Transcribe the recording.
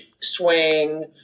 swing